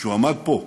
כשעמד פה,